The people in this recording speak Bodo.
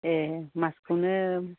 दे मासखौनो